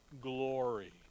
glory